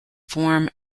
form